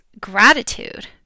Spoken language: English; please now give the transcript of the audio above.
gratitude